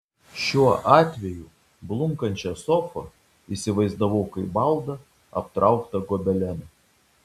šiuo atveju blunkančią sofą įsivaizdavau kaip baldą aptrauktą gobelenu